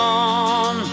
on